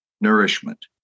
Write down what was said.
nourishment